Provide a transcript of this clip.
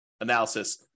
analysis